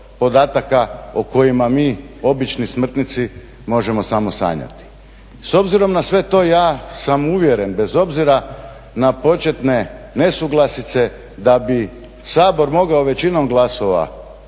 podataka o kojima mi obični smrtnici možemo samo sanjati. S obzirom na sve to ja sam uvjeren, bez obzira na početne nesuglasice da bi Sabor mogao većinom glasova